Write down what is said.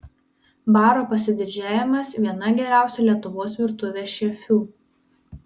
baro pasididžiavimas viena geriausių lietuvos virtuvės šefių